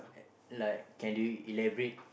like can you elaborate